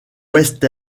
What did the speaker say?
west